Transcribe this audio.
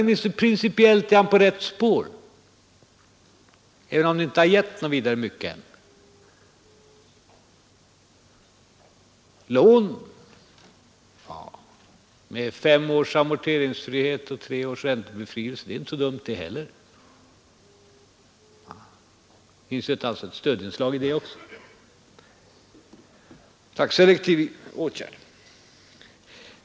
Åtminstone principiellt är herr Fälldin på rätt spår även om det inte har gett något vidare mycket än. Lån med fem års amorteringsfrihet och tre års räntebefrielse, det är inte så dumt det heller. Det finns ett stödinslag i det också — ett slags selektiv åtgärd.